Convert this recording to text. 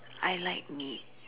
I like meat